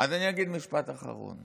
אז אני אגיד משפט אחרון.